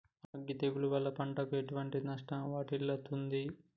అగ్గి తెగులు వల్ల పంటకు ఎటువంటి నష్టం వాటిల్లుతది?